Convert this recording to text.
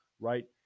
right